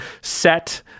set